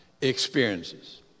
experiences